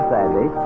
Sandy